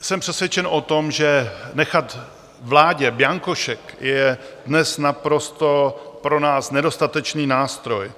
Jsem přesvědčen o tom, že nechat vládě bianko šek je dnes naprosto pro nás nedostatečný nástroj.